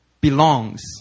belongs